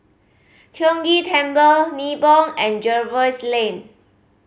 Tiong Ghee Temple Nibong and Jervois Lane